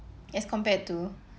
as compared to